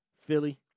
Philly